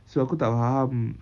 so aku tak faham